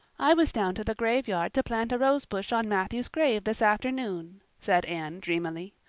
i was down to the graveyard to plant a rosebush on matthew's grave this afternoon, said anne dreamily.